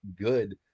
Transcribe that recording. good